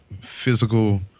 physical